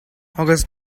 august